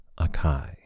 Akai